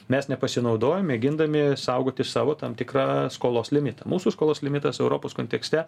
mes nepasinaudojom mėgindami saugoti savo tam tikrą skolos limitą mūsų skolos limitas europos kontekste